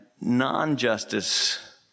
non-justice